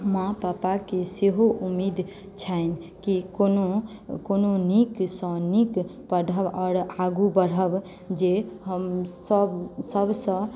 माँ पापाकेँ सेहो उम्मीद छनि कि कोनो कोनो नीकसँ नीक पढ़ब आओर आगू बढ़ब जे हमसभ सभसँ